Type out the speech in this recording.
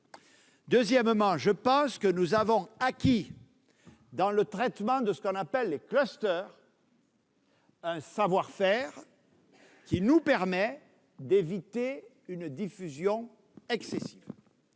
Deuxièmement, nous avons acquis dans le traitement de ce que l'on appelle les un savoir-faire qui nous permet d'éviter une diffusion excessive.